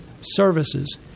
services